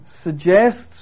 suggests